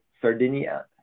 Sardinia